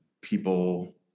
people